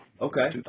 Okay